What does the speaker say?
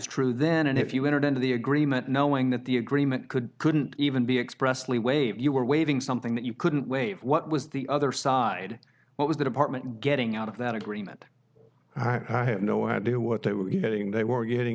true then and if you entered into the agreement knowing that the agreement could couldn't even be expressly wave you were waving something that you couldn't wave what was the other side what was the department getting out of that agreement i had no idea what they were getting they were getting